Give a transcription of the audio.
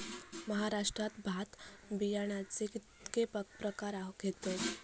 महाराष्ट्रात भात बियाण्याचे कीतके प्रकार घेतत?